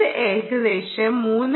ഇത് ഏകദേശം 3